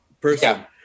person